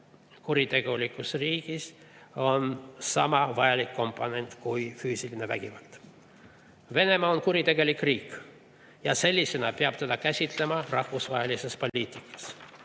kuritegelikus riigis on sama vajalik komponent kui füüsiline vägivald. Venemaa on kuritegelik riik ja sellisena peab teda käsitlema rahvusvahelises poliitikas.